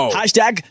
Hashtag